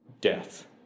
death